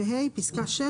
פסקה (6)